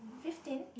fifteen